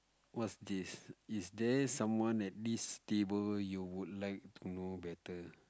what's this is there someone at this table you would like to know better